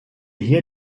hier